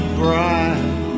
bright